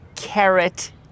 Carrot